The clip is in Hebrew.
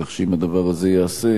כך שאם הדבר הזה ייעשה,